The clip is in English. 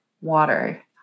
water